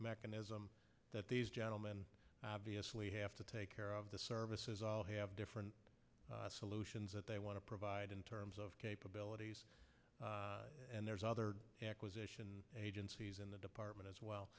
mechanism that these gentlemen obviously have to take care of the services all have different solutions that they want to provide in terms of capabilities and there's other acquisition agencies in the department as well